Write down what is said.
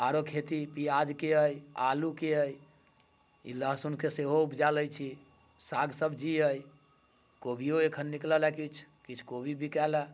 आरो खेती पियाजके अइ आलूके अइ ई लहसुनके सेहो उपजा लै छी साग सब्जी अइ कोबियो अखन निकलल अइ किछु किछु कोबी बिकायल हँ